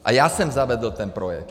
A já jsem zavedl ten projekt.